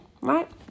right